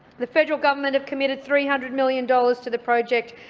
the federal government have committed three hundred million dollars to the project,